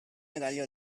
medaglia